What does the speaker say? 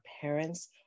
parents